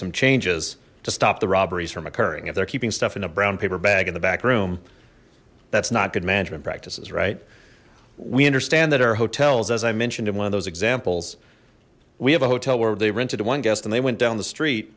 some changes to stop the robberies from occurring if they're keeping stuff in a brown paper bag in the back room that's not good management practices right we understand that our hotels as i mentioned in one of those examples we have a hotel where they rented to one guest and they went down the street